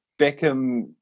beckham